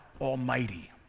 Almighty